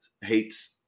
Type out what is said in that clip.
hates